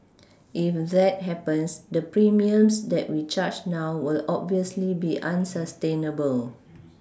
if that happens the premiums that we charge now will obviously be unsustainable